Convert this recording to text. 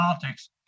politics